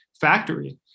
factory